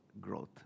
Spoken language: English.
growth